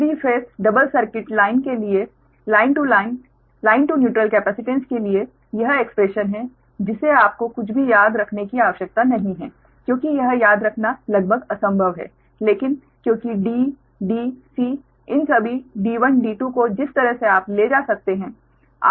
तो 3 phase double circuit line के लिए लाइन टू न्यूट्रल केपेसिटेन्स के लिए यह एक्स्प्रेशन है जिसे आपको कुछ भी याद रखने की आवश्यकता नहीं है क्योंकि यह याद रखना लगभग असंभव है लेकिन क्योंकि d d c इन सभी d1 d2 को जिस तरह से आप ले जा सकते हैं